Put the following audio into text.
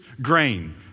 grain